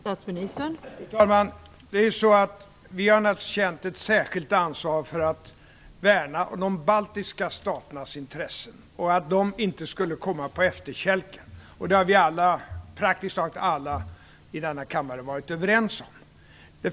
Fru talman! Vi har naturligtvis känt ett särskilt ansvar för att värna om de baltiska staternas intressen och om att de inte kommer på efterkälken. Praktiskt taget alla i denna kammare har varit överens om det.